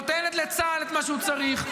נותנת לצה"ל את מה שהוא צריך,